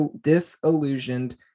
disillusioned